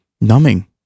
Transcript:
numbing